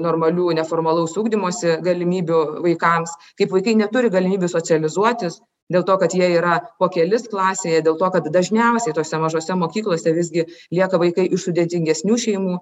normalių neformalaus ugdymosi galimybių vaikams kaip vaikai neturi galimybių socializuotis dėl to kad jie yra po kelis klasėje dėl to kad dažniausiai tose mažose mokyklose visgi lieka vaikai iš sudėtingesnių šeimų